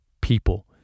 people